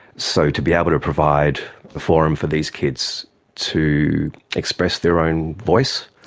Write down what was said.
so to be able to provide the forum for these kids to express their own voice.